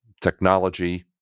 technology